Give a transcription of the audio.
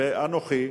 ואנוכי,